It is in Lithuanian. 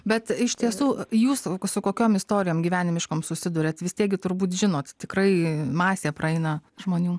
bet iš tiesų jūs su kokiom istorijom gyvenimiškom susiduriat vis tiek gi turbūt žinot tikrai masė praeina žmonių